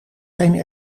geen